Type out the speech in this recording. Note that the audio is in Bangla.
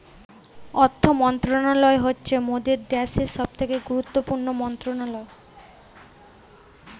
অর্থ মন্ত্রণালয় হচ্ছে মোদের দ্যাশের সবথেকে গুরুত্বপূর্ণ মন্ত্রণালয়